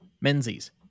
Menzies